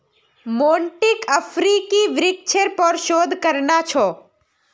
मोंटीक अफ्रीकी वृक्षेर पर शोध करना छ